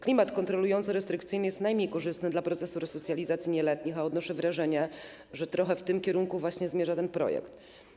Klimat kontrolująco-restrykcyjny jest najmniej korzystny dla procesu resocjalizacji nieletnich, a odnoszę wrażenie, że trochę w tym kierunku właśnie zmierza ten projekt.